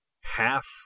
half